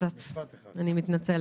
אני אקצר